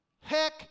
heck